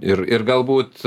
ir ir galbūt